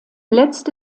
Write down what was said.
letzte